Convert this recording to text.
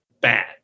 bad